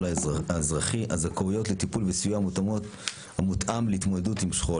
האזרחי של זכאויות לטיפול וסיוע המותאמות לטיפול בשכול: